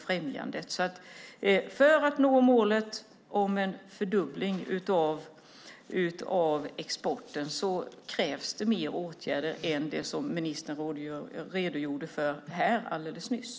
För att nå målet om en fördubbling av exporten krävs fler åtgärder än det som ministern redogjorde för här nyss.